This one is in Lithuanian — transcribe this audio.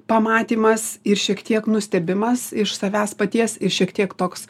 pamatymas ir šiek tiek nustebimas iš savęs paties ir šiek tiek toks